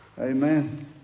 Amen